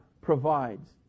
provides